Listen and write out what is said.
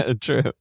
true